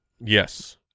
Yes